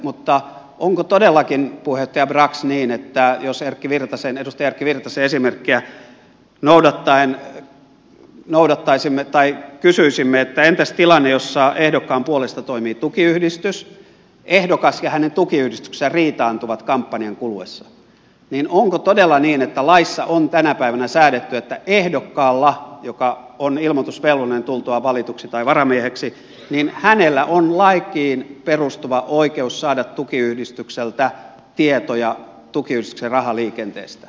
myönnän että saivartelen mutta puheenjohtaja brax jos edustaja erkki virtasen esimerkkiä noudattaen kysyisimme että entäs tilanne jossa ehdokkaan puolesta toimii tukiyhdistys ja ehdokas ja hänen tukiyhdistyksensä riitaantuvat kampanjan kuluessa onko todella niin että laissa on tänä päivänä säädetty että ehdokkaalla joka on ilmoitusvelvollinen tultuaan valituksi tai varamieheksi on lakiin perustuva oikeus saada tukiyhdistykseltä tietoja tukiyhdistyksen rahaliikenteestä